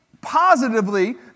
positively